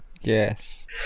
Yes